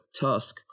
Tusk